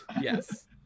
yes